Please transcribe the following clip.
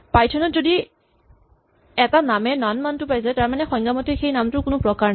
Python ত যদি এটা নামে নন মানটো পাইছে তাৰমানে সংজ্ঞামতে সেই নামটোৰ কোনো প্ৰকাৰ নাই